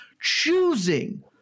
choosing